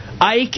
Ike